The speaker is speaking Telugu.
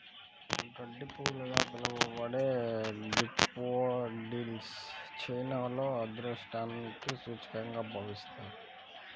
గడ్డిపూలుగా పిలవబడే డాఫోడిల్స్ చైనాలో అదృష్టానికి సూచికగా భావిస్తారు